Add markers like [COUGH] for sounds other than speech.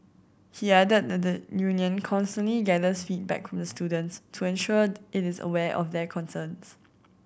he added that the union constantly gathers feedback [UNINTELLIGIBLE] the students to ensure it is aware of their concerns